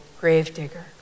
gravedigger